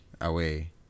away